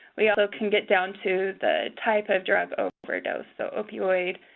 we also can get down to the type of drug overdose, so opioid,